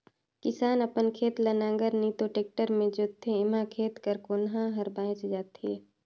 किसान अपन खेत ल नांगर नी तो टेक्टर मे जोतथे एम्हा खेत कर कोनहा हर बाएच जाथे